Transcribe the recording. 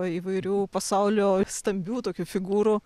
įvairių pasaulio stambių tokių figūrų